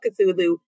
Cthulhu